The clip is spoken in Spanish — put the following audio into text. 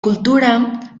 cultura